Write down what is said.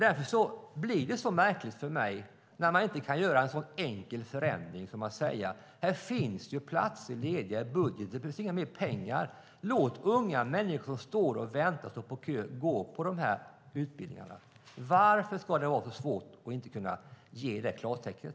Därför känns det märkligt att man inte kan göra en sådan enkel ändring när det finns platser lediga i budgeten. Det behövs inte mer pengar. Låt därför unga människor som står och väntar i kön gå dessa utbildningar. Varför ska det vara så svårt att ge det klartecknet?